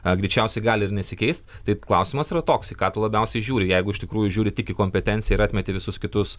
greičiausiai gali ir nesikeist tai klausimas yra toks į ką tu labiausiai žiūri jeigu iš tikrųjų žiūri tik į kompetenciją ir atmeti visus kitus